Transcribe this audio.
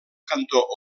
cantó